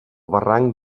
barranc